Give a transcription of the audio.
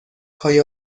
های